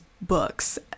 books